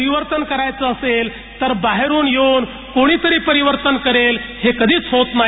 परिवर्तन करायचे असेल तर बाहेरून येऊन कोणीतरी परिवर्तन करेल हे कधीच होत नाही